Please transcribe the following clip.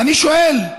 ואני שואל: